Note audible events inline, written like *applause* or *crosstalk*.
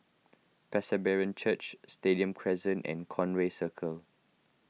*unintelligible* Church Stadium Crescent and Conway Circle